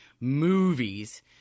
movies